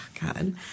god